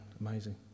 Amazing